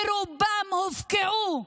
ברובן הופקעו מאנשים,